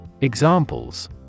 Examples